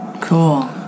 Cool